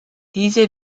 diese